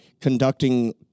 conducting